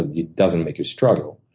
it doesn't make you struggle.